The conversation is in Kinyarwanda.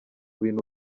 bintu